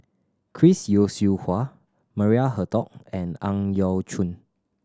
Chris Yeo Siew Hua Maria Hertogh and Ang Yau Choon